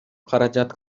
каражат